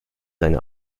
seine